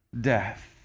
death